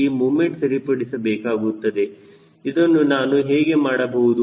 ಈ ಮುಮೆಂಟ್ ಸರಿಪಡಿಸಬೇಕಾಗುತ್ತದೆ ಅದನ್ನು ನಾನು ಹೇಗೆ ಮಾಡಬಹುದು